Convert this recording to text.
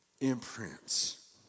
Imprints